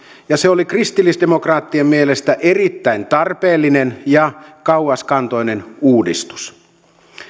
ja se oli kristillisdemokraattien mielestä erittäin tarpeellinen ja kauaskantoinen uudistus